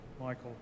michael